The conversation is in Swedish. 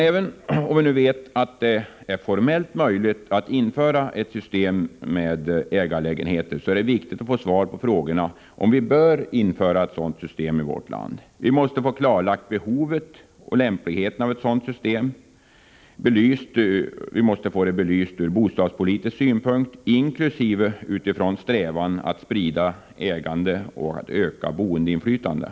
Även om vi nu vet att det formellt är möjligt att införa ett system med ägarlägenheter är det viktigt att få svar på frågan om vi bör införa ett sådant system i vårt land. Vi måste få klarlagt behovet och lämpligheten av ett sådant, och vi måste få frågan belyst från bostadspolitisk synpunkt, vari inkluderas en bedömning utifrån strävan att sprida ägandet och att öka boendeinflytandet.